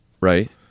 Right